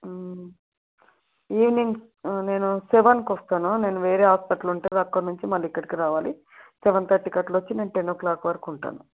evening నేను సెవెన్కి వస్తాను నేను వేరే హాస్పిటల్ ఉంటుంది అక్కడ నుంచి మళ్ళీ ఇక్కడికి రావాలి సెవెన్ థర్టీకి అలా వచ్చి టెన్ ఓ క్లాక్ వరకు ఉంటాను